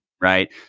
Right